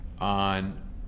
on